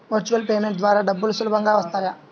Virtual payment ద్వారా డబ్బులు సులభంగా వస్తాయా?